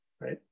right